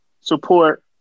support